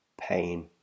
pain